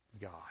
God